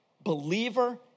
believer